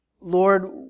Lord